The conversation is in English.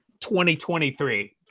2023